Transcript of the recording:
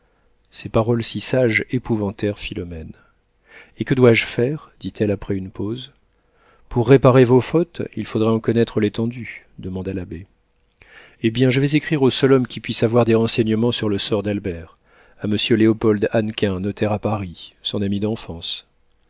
ces paroles si sages épouvantèrent philomène et que dois-je faire dit-elle après une pause pour réparer vos fautes il faudrait en connaître l'étendue demanda l'abbé eh bien je vais écrire au seul homme qui puisse avoir des renseignements sur le sort d'albert à monsieur léopold hannequin notaire à paris son ami d'enfance